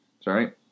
sorry